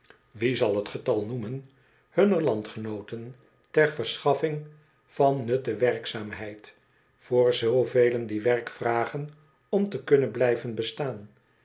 het getal noemen hunner landgenooten ter verschaffing van nutte werkzaamheid voor zoovelen die werk vragen om te kunnen blijven bestaan